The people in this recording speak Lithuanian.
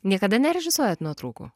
niekada nerežisuojat nuotraukų